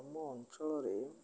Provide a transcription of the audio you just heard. ଆମ ଅଞ୍ଚଳରେ